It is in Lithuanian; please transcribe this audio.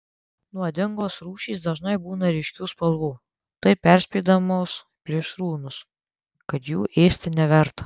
nuodingos rūšys dažnai būna ryškių spalvų taip perspėdamos plėšrūnus kad jų ėsti neverta